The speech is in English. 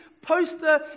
poster